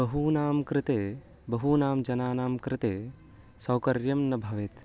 बहूनां कृते बहूनां जनानां कृते सौकर्यं न भवेत्